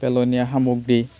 পেলনীয়া সামগ্ৰী